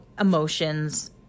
emotions